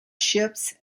ships